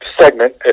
segment